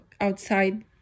outside